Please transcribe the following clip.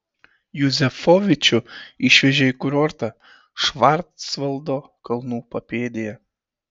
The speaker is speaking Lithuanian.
juzefovičių išvežė į kurortą švarcvaldo kalnų papėdėje